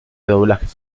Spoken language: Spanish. doblajes